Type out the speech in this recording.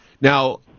Now